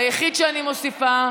היחיד שאני מוסיפה,